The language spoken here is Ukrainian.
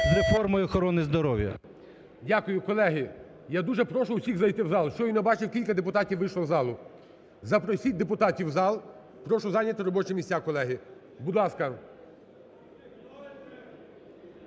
з реформою охорони здоров'я. ГОЛОВУЮЧИЙ. Дякую. Колеги, я дуже прошу всіх зайти в зал. Я щойно бачив: кілька депутатів вийшло з залу. Запросіть депутатів в зал, прошу зайняти робочі місця, колеги. Будь ласка.